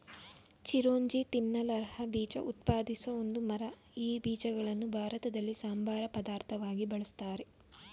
ಚಿರೋಂಜಿ ತಿನ್ನಲರ್ಹ ಬೀಜ ಉತ್ಪಾದಿಸೋ ಒಂದು ಮರ ಈ ಬೀಜಗಳನ್ನು ಭಾರತದಲ್ಲಿ ಸಂಬಾರ ಪದಾರ್ಥವಾಗಿ ಬಳುಸ್ತಾರೆ